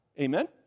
Amen